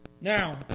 Now